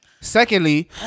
Secondly